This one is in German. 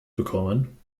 bekommen